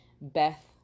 Beth